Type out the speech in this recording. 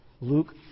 Luke